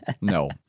No